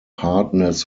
hardness